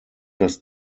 das